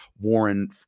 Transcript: Warren